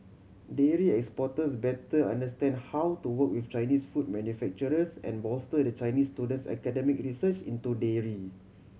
dairy exporters better understand how to work with Chinese food manufacturers and bolster the Chinese student's academic research into dairy